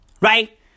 Right